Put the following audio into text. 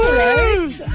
right